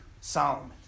Solomon